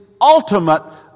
ultimate